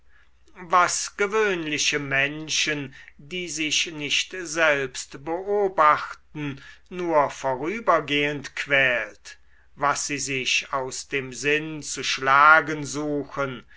was gewöhnliche menschen die sich nicht selbst beobachten nur vorübergehend quält was sie sich aus dem sinn zu schlagen suchen